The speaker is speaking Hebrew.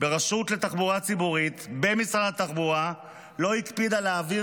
ברשות לתחבורה ציבורית במשרד התחבורה לא הקפידה להעביר